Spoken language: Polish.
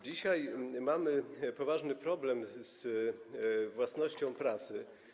Dzisiaj mamy poważny problem z własnością prasy.